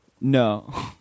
No